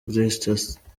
leicester